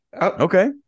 okay